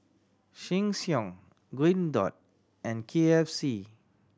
Sheng Siong Green Dot and K F C